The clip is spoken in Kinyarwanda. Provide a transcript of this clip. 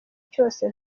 cyose